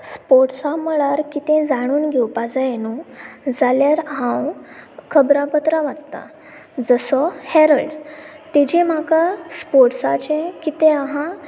स्पोर्ट्सा मळार कितें जाणून घेवपाक जाय न्हय जाल्यार हांव खबरांपत्रां वाचता जसो हेरल्ड ताचेर म्हाका स्पोर्ट्साचें कितें आसा